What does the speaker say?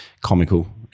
comical